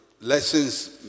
lessons